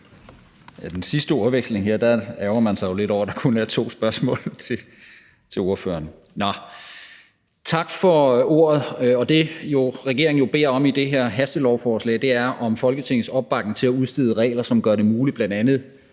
den sidste ordveksling her ærgrer man sig jo lidt over, at der kun er mulighed for at stille to spørgsmål til ordføreren. Nå, tak for ordet. Det, regeringen jo beder om i det her hastelovforslag, er Folketingets opbakning til at udstede regler, som bl.a. gør det muligt at indføre